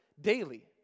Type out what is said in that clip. daily